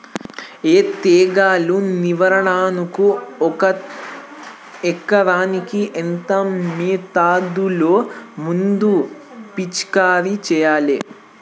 ఈ తెగులు నివారణకు ఒక ఎకరానికి ఎంత మోతాదులో మందు పిచికారీ చెయ్యాలే?